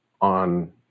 on